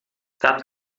that